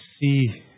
see